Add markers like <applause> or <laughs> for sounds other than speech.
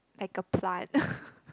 like a plant <laughs>